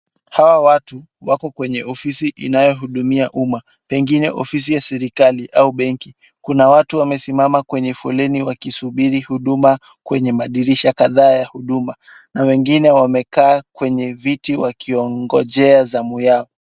Hawa watu wako kwenye ofisi inayohudumia umma. Pengine ni ofisi ya serikali au benki. Kuna watu wamesimama kwenye foleni wakisubiri huduma kwenye madirisha kadhaa ya huduma. Na wengine wamekaa kwenye viti wakingojea zamu yao.